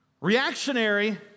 reactionary